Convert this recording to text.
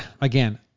Again